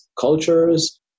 cultures